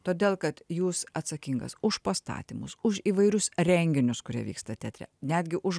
todėl kad jūs atsakingas už pastatymus už įvairius renginius kurie vyksta teatre netgi už